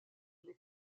les